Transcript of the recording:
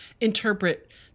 interpret